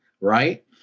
right